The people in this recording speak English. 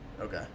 Okay